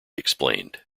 explained